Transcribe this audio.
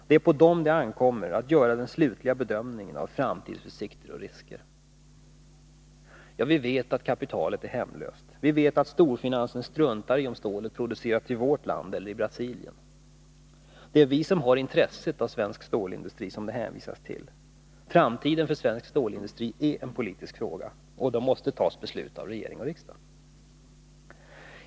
Det är på dem det ankommer att göra den slutliga bedömningen av framtidsutsikter och risker.” Vi vet att kapitalet är hemlöst. Vi vet att storfinansen struntar i om stålet produceras i vårt land eller i Brasilien. Det är vi som har intresse av en svensk stålindustri. Framtiden för svensk stålindustri är en politisk fråga, och besluten måste tas av regering och riksdag.